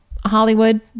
Hollywood